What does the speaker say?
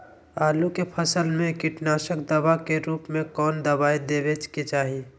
आलू के फसल में कीटनाशक दवा के रूप में कौन दवाई देवे के चाहि?